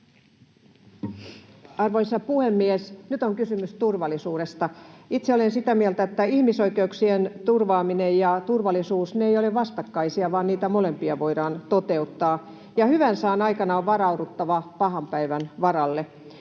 Arvoisa puhemies! Nyt on kysymys turvallisuudesta. Itse olen sitä mieltä, että ihmisoikeuksien turvaaminen ja turvallisuus eivät ole vastakkaisia, vaan niitä molempia voidaan toteuttaa ja hyvän sään aikana on varauduttava pahan päivän varalle.